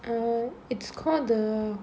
err it's called the